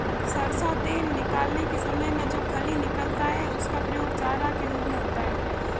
सरसों तेल निकालने के समय में जो खली निकलता है उसका प्रयोग चारा के रूप में होता है